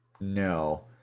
No